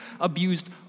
abused